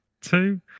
two